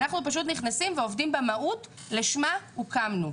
אנחנו פשוט נכנסים ועובדים במהות לשמה הוקמנו.